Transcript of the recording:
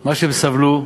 מה שהם סבלו,